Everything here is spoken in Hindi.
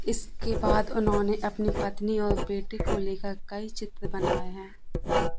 इसके बाद उन्होंने अपनी पत्नी और बेटे को लेकर कई चित्र बनाए हैं